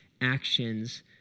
actions